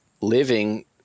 living